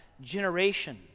generation